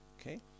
okay